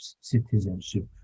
citizenship